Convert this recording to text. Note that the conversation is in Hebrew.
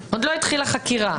עוד לא התחילה חקירה.